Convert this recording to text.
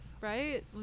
Right